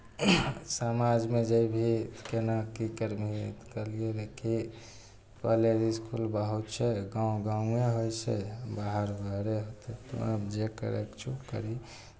समाजमे जयबिही केना की करबिही कहलियै रहए कि कॉलेज इसकुल बहुत छै गाँव गाँवे होइ छै बाहर बाहरे होइ छै तोरा जे करयके छौ करही